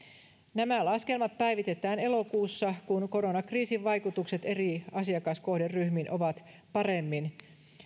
nämä laskelmat päivitetään elokuussa kun koronakriisin vaikutukset eri asiakaskohderyhmiin ovat paremmin